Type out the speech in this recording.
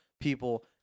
people